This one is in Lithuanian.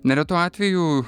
neretu atveju